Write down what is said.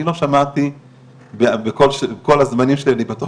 אני לא שמעתי בכל הזמנים שלי במשטרה,